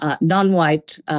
non-white